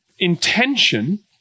intention